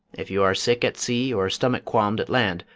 if you are sick at sea or stomach-qualm'd at land,